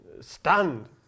stunned